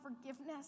forgiveness